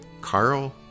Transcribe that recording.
Carl